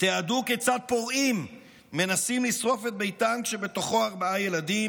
תיעדו כיצד פורעים מנסים לשרוף את ביתם שבתוכו ארבעה ילדים,